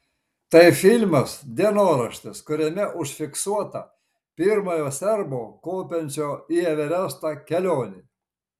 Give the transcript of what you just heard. tai filmas dienoraštis kuriame užfiksuota pirmojo serbo kopiančio į everestą kelionė